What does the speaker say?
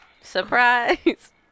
surprise